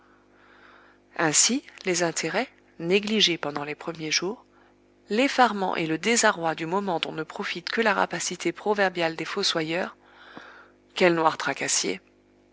ainsi les intérêts négligés pendant les premiers jours l'effarement et le désarroi du moment dont ne profite que la rapacité proverbiale des fossoyeurs quels